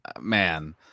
man